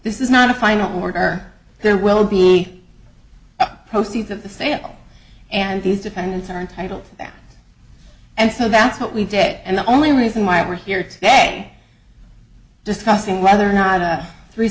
this is not a final order there will be proceeds of the sale and these defendants are entitled to that and so that's what we did and the only reason why we're here today discussing whether or not a three